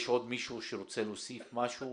יש עוד מישהו שרוצה להוסיף משהו?